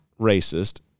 racist